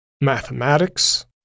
mathematics